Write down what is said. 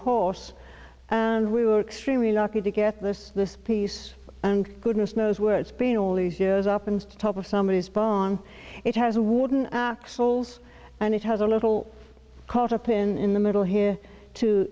horse and we were extremely lucky to get this this piece and goodness knows where it's been all these years up and top of somebodies barn it has a warden axles and it has a little caught up in the middle here to